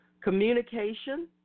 communication